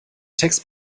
text